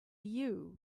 you